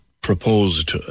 proposed